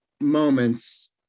moments